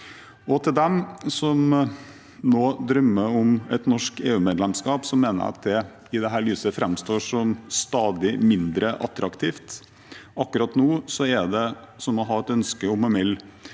Til dem som nå drømmer om et norsk EU-medlemskap, mener jeg at det i dette lyset framstår som stadig mindre attraktivt. Akkurat nå er det som å ha et ønske om å melde